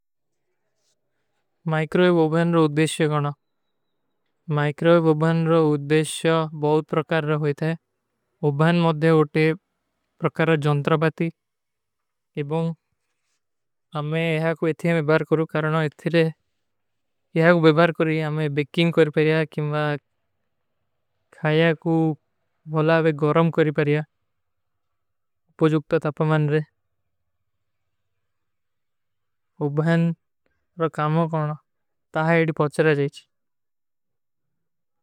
ମାଈକ୍ରୋଵେବ ଉବହନ ରୋ ଉଦ୍ଦେଶ୍ଯ ଗଣା। ମାଈକ୍ରୋଵେବ ଉବହନ ରୋ ଉଦ୍ଦେଶ୍ଯ ବହୁତ ପ୍ରକାର ରୋ ହୋତା ହୈ। ଉବହନ ମଦେ ଓଟେ ପ୍ରକାର ଜଂତ୍ରବାତୀ। ଇବଂ ଆମେ ଯହାଁ କୋ ଇଥୀ ଆମେ ବୈବାର କରୂ। କରଣା ଇଥୀ ରେ ଯହାଁ କୋ ବୈବାର କରୀ ଆମେ ବେକିଂଗ କରୀ ପରୀଯା କିମ୍ବା ଖାଯା କୋ ଭୁଲାଵେ ଗରମ କରୀ ପରୀଯା ପୋଜୁକ୍ତା ତପମାନ ରେ ଉବହନ ରୋ କାମୋ କରୂଣା। ତାହେ ଇଡୀ ପହୁଚରା ଜାଯୀଚ।